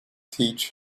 teach